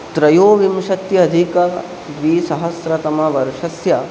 त्रयोविंशत्यधिकद्विसहस्रतमवर्षस्य